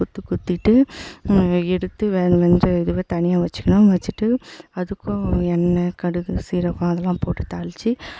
குத்து குத்திவிட்டு எடுத்து வேக வெச்ச இதுவ தனியாக வைச்சிக்கணும் வைச்சிட்டு அதுக்கும் எண்ணெய் கடுகு சீரகம் அதெல்லாம் போட்டு தாளித்து